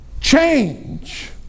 change